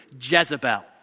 Jezebel